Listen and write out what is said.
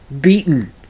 beaten